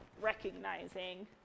recognizing